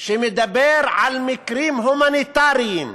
שמדבר על מקרים הומניטריים,